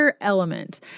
Element